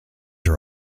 her